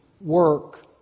work